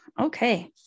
Okay